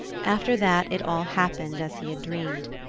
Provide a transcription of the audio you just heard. after that it all happened as he had dreamed.